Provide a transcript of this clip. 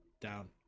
Down